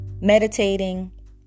meditating